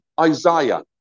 Isaiah